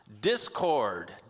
discord